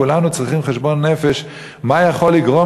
כולנו צריכים חשבון-נפש מה יכול לגרום